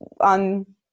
on